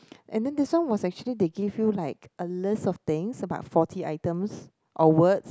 and then this one was actually they give you like a list of things about forty items or words